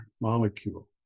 molecule